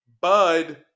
Bud